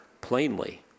plainly